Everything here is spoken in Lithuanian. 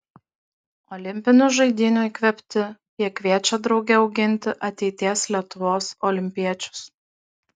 olimpinių žaidynių įkvėpti jie kviečia drauge auginti ateities lietuvos olimpiečius